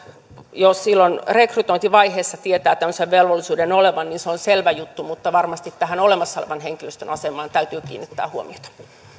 silloin rekrytointivaiheessa tietää tämmöisen velvollisuuden olevan se on selvä juttu mutta varmasti tähän olemassa olevan henkilöstön asemaan täytyy kiinnittää huomiota